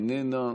איננה: